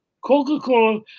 Coca-Cola